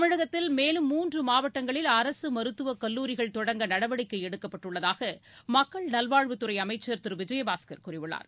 தமிழகத்தில் மேலும் மூன்று மாவட்டங்களில் அரசு மருத்துவக் கல்லூரிகள் தொடங்க நடவடிக்கை எடுக்கப்பட்டுள்ளதாக மக்கள் நல்வாழ்வுத்துறை அமைச்சர் திரு விஜயபாஸ்கர் கூறியுள்ளார்